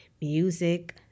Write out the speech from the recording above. music